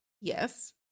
Yes